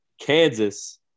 Kansas